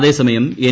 അതേസമയം എൻ